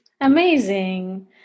Amazing